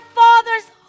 father's